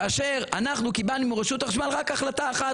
כאשר אנחנו קיבלנו מרשות החשמל רק החלטה אחת,